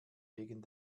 wegen